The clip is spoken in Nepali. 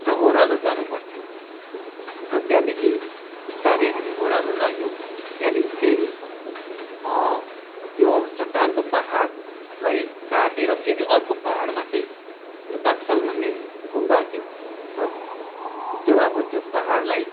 र ओह्रालो जानु पर्थ्यो र त्यहाँदेखि बिस्तारै हामी ओह्रालो लाग्यौँ त्यहाँदेखि फेरि त्यो चट्टानको पाहाडलाई काटेर फेरि अर्को पाहाडमा चाहिँ त्यो ताक्साङ भन्ने गुम्बा थियो र त्यो अब त्यो पाहाडलाई